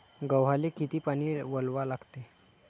गव्हाले किती पानी वलवा लागते?